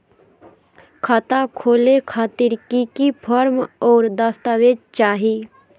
खाता खोले खातिर की की फॉर्म और दस्तावेज चाही?